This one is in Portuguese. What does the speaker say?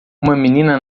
menina